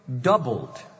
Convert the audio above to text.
doubled